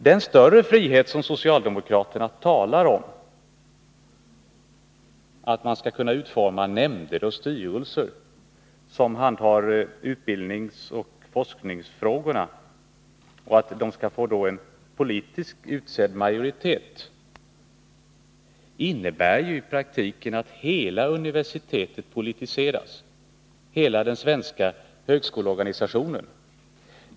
Den större frihet som socialdemokraterna talar om; att man skall kunna utforma nämnder och styrelser som handhar utbildningsoch forskningsfrågorna och som har politiskt utsedd majoritet, innebär i praktiken att hela universitetsverksamheten, hela den svenska högskoleorganisationen politiseras.